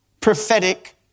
prophetic